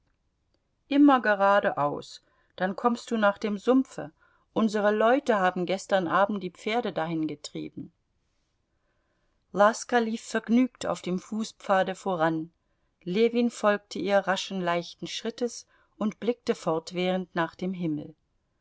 immer geradeaus dann kommst du nach dem sumpfe unsere leute haben gestern abend die pferde dahin getrieben laska lief vergnügt auf dem fußpfade voran ljewin folgte ihr raschen leichten schrittes und blickte fortwährend nach dem himmel